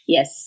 Yes